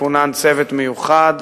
כונן צוות מיוחד,